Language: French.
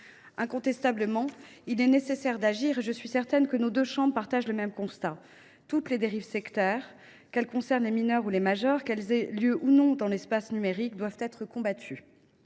Incontestablement, il est nécessaire d’agir et je suis certaine que nos deux chambres partagent le même constat : toutes les dérives sectaires, qu’elles concernent les mineurs ou les majeurs, qu’elles aient lieu ou non dans l’espace numérique, doivent être combattues.